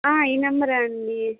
ఈ నెంబరే అండి